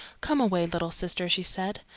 come away, little sister! she said.